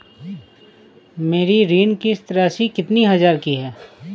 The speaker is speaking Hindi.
मेरी ऋण किश्त राशि कितनी हजार की है?